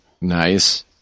Nice